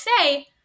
say –